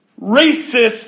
racist